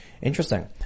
interesting